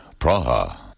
Praha